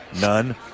None